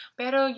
pero